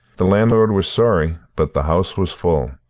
the landlord was sorry, but the house was full.